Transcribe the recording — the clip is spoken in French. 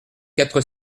quatre